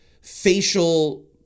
facial